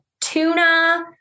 tuna